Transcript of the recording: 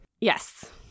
Yes